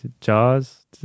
Jaws